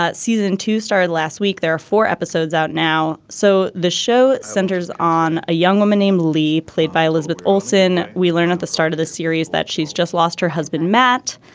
season two started last week. there are four episodes out now so the show centers on a young woman named lee played by elizabeth olsen. we learned at the start of the series that she's just lost her husband matt.